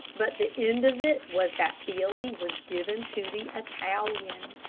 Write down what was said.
but the end of it was that billy was given to the italian.